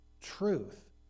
truth